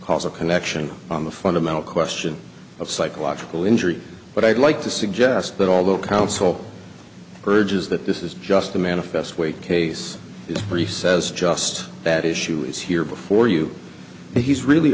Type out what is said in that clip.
causal connection on the fundamental question of psychological injury but i'd like to suggest that although counsel urges that this is just the manifest way case is free says just that issue is here before you and he's really